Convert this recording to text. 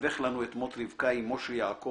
ולתווך לנו את מות רבקה, אמו של יעקב,